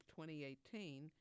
2018